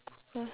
google